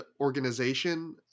organization